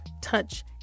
touch